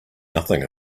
nothing